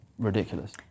Ridiculous